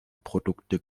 produkte